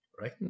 right